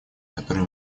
которые